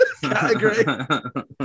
category